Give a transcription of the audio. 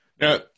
now